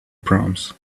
proms